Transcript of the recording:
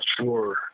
sure